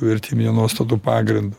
vertybinių nuostatų pagrindu